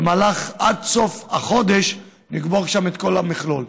ועד סוף החודש נגמור שם את כל המכלול.